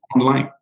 online